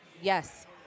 Yes